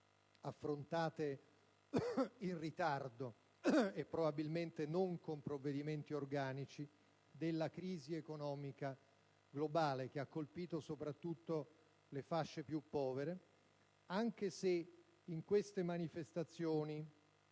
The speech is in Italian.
affrontate in ritardo e probabilmente non con provvedimenti organici, della crisi economica globale, che ha colpito soprattutto le fasce più povere, anche se in queste manifestazioni